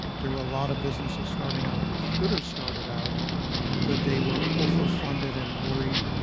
there were a lot of businesses starting out that should have started out but they were over funded and worried.